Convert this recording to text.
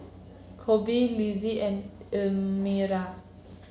Korbin Litzy and Elmira